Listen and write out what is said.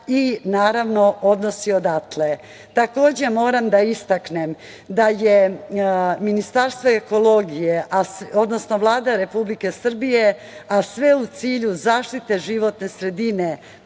i, naravno, odnosi odatle. Takođe, moram da istaknem da je Ministarstvo ekologije, odnosno Vlada Republike Srbije, a sve u cilju zaštite životne sredine,